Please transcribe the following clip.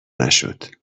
نشد